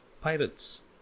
Pirates